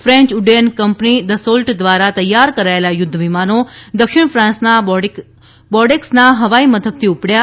ફેન્ય ઉડ્ડયન કંપની દસોલ્ટ દ્વારા તૈયાર કરાયેલા યુદ્ધ વિમાનો દક્ષિણ ફ્રાંસના બોર્ડેક્સના હવાઈ મથકથી ઉપડ્યા